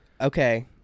okay